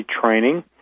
training